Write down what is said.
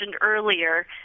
earlier